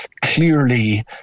clearly